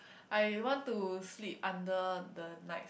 I want to sleep under the night